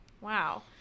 Wow